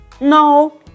No